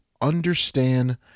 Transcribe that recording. understand